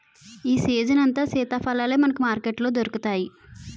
ఈ సీజనంతా సీతాఫలాలే మనకు మార్కెట్లో దొరుకుతాయి